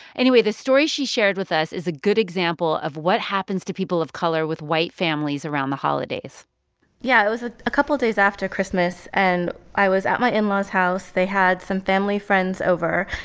anyway, the story she shared with us is a good example of what happens to people of color with white families around the holidays yeah, it was ah a couple days after christmas, and i was at my in-laws' house. they had some family friends over.